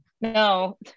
No